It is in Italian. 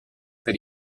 per